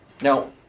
Now